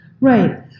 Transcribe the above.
Right